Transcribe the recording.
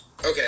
Okay